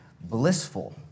blissful